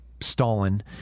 Stalin